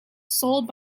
sold